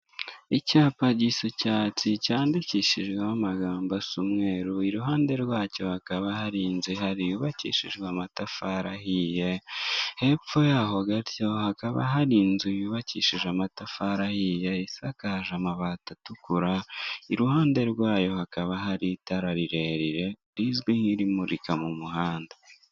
Icyapa gisa icyatsi cyandikishijweho amagambo asa umweru, iruhande rwacyo hakaba hari inzu ihari yubakishijwe amatafari ahiye, hepfo yaho gato hakaba hari inzu yubakishije amatafari ahiye, isakaje amabati atukura. Iruhande rwayo hakaba hari itara rirerire rizwi nk'irimurika mu muhanda.